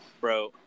Bro